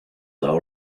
all